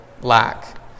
lack